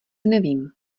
nevím